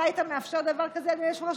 אתה היית מאפשר דבר כזה, אדוני היושב-ראש?